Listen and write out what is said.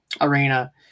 arena